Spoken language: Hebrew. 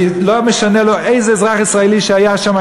ולא משנה לו איזה אזרח ישראלי היה שם,